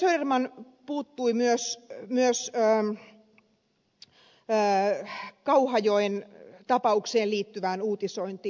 söderman puuttui myös kauhajoen tapaukseen liittyvään uutisointiin